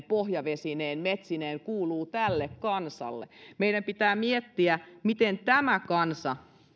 pohjavesineen metsineen kuuluu tälle kansalle meidän pitää miettiä miten tämä kansa